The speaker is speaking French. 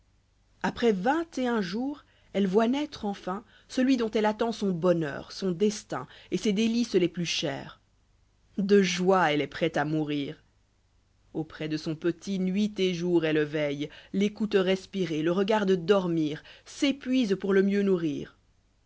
après vingt et un jours elle voit naître enfin celui dont elle attend son bonheur son destin et ses délices les plus chères dà joie elle est prête à mourir auprès de son petit nuit et jour elle veille l'écoute respirer le regarde dormir s'épuise pour le mieux nourrir